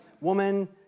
woman